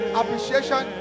appreciation